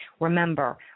Remember